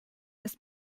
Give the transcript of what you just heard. ist